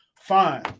fine